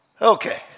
Okay